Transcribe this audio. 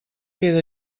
queda